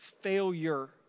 failure